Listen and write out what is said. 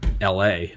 LA